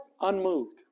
unmoved